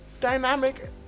dynamic